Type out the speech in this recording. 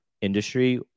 industry